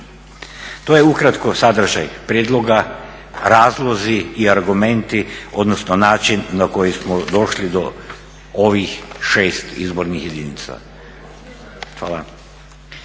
To je ukratko sadržaj prijedloga, razlozi i argumenti, odnosno način na koji smo došli do ovih šest izbornih jedinica. Hvala.